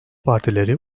partileri